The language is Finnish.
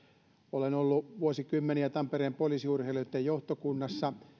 olen ollut vuosikymmeniä tampereen poliisi urheilijoitten johtokunnassa